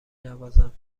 نوازم